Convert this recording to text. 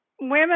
women